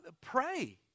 pray